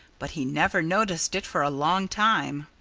but he never noticed it for a long time.